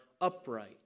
upright